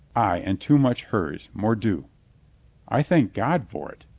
ay, and too much hers, mordieu. i thank god for it,